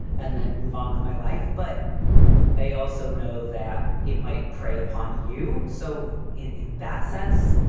and then move on with my life. but i also know that it might prey upon you. so in in that sense,